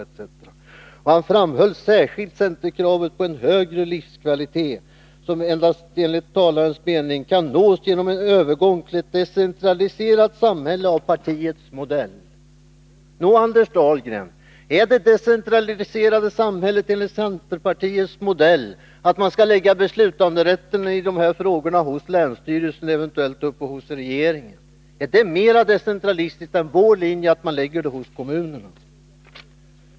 I det allmänpolitiska anförandet hr Pettersson höll inför valledarna betonade han särskilt centerkravet på en högre livskvalitet, som endast, enligt talarens mening, kan nås genom övergång till ett decentraliserat samhälle av partiets modell.” Nå, Anders Dahlgren, innebär det decentraliserade samhället enligt centerpartiets modell att man skall lägga beslutanderätten i de här frågorna hos länsstyrelsen, eventuellt uppe hos regeringen? Är det mera decentralistiskt än vår linje, att man lägger avgörandet hos kommunerna?